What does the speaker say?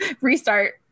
Restart